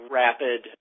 rapid